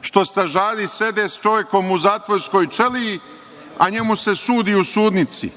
što stražari sede sa čovekom u zatvorskoj ćeliji, a njemu se sudi u sudnici?